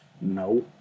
No